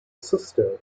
sister